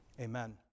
amen